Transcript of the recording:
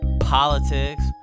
politics